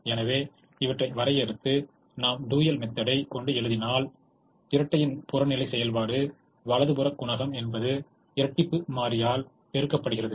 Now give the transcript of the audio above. எனவே இவற்றை வரையறுத்து நாம் டூயல் மெத்தெடை கொண்டு எழுதினால் இரட்டையின் புறநிலை செயல்பாடு வலதுபுற குணகம் என்பது இரட்டிப்பு மாறியால் பெருக்கப்படுகிறது